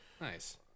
Nice